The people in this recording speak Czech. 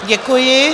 Děkuji.